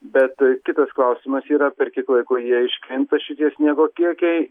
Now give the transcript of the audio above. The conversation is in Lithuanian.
bet kitas klausimas yra per kiek laiko jie iškrinta šitie sniego kiekiai